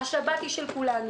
השבת היא של כולנו.